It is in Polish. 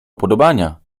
upodobania